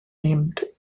named